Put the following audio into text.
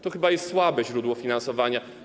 To chyba jest słabe źródło finansowania.